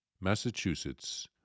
Massachusetts